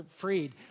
freed